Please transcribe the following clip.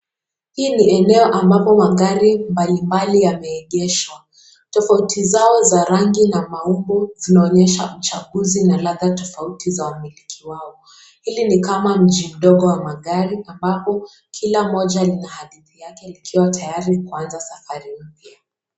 Hili ni eneo ambapo magari mbalimbali yameegeshwa, tofauti zao za rangi na maumbo zinaonyesha uchaguzi na ladha tofauti za wamiliki wao, hili kama mji mdogo wa magari ambapo kila moja lina hadithi yake likiwa tayari kuanza safari mpya.